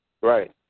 Right